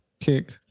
kick